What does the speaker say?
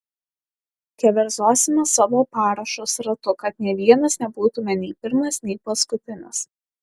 keverzosime savo parašus ratu kad nė vienas nebūtume nei pirmas nei paskutinis